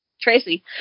Tracy